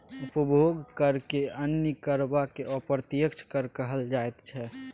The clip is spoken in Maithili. उपभोग करकेँ अन्य कर वा अप्रत्यक्ष कर कहल जाइत छै